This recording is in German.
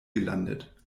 gelandet